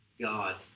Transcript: God